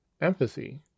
empathy